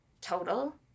total